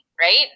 right